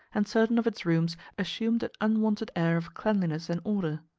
and certain of its rooms assumed an unwonted air of cleanliness and order.